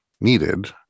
needed